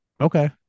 Okay